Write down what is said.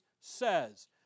says